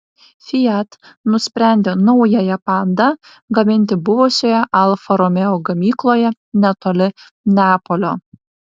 fiat nusprendė naująją panda gaminti buvusioje alfa romeo gamykloje netoli neapolio